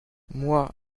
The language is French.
moi